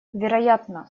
вероятно